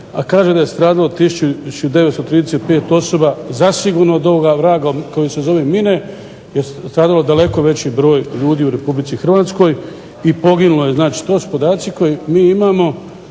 a kaže da je stradalo 1935 osoba zasigurno od ovoga vraga koje se zove mine, sada daleko veći broj ljudi u republici Hrvatskoj, i poginulo je, znači to su podaci koje mi imamo,